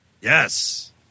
Yes